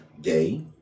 day